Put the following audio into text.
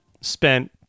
spent